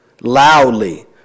loudly